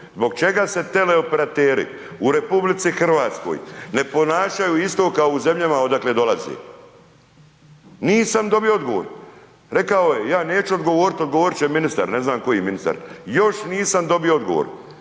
Zbog čega se teleoperateri u RH, ne ponašaju isto kao u zemljama, odakle dolazi? Nisam dobio odgovor. Rekao je ja neću odgovoriti, odgovoriti će ministar, ne znam koji ministar, još nisam dobio odgovor.